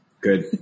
Good